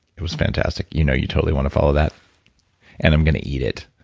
it was fantastic. you know you totally want to follow that and i'm going to eat it.